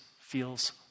feels